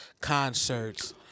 concerts